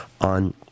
on